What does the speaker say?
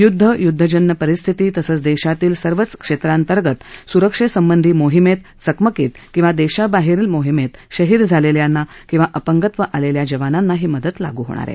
य्दध य्दधजन्य परिस्थिती तसेच देशातील सर्वच क्षेत्रांतर्गत स्रक्षेसंबंधी मोहिमेत चकमकीत किंवा देशाबाहेरील मोहिमेत शहीद झालेल्या किंवा अपंगत्व आलेल्या जवानांना ही मदत लाग् होईल